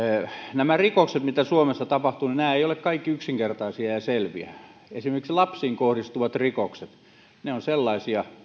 nämä rikokset joita suomessa tapahtuu eivät ole kaikki yksinkertaisia ja selviä esimerkiksi lapsiin kohdistuvat rikokset ovat sellaisia